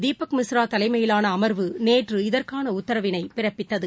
தீபக் மிஸ்ரா தலைமையிலான அமர்வு நேற்று இதற்கான உத்தரவினை பிறப்பித்தது